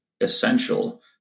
essential